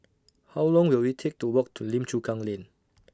How Long Will IT Take to Walk to Lim Chu Kang Lane